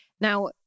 Now